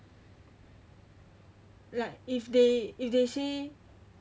if they if they say